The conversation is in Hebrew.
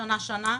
שנה-שנה.